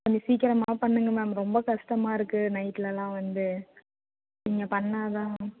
கொஞ்சம் சீக்கிரமாகவே பண்ணுங்கள் மேம் ரொம்ப கஷ்டமாக இருக்கு நைட்லலாம் வந்து நீங்கள் பண்ணால் தான் மேம்